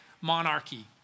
monarchy